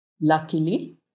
Luckily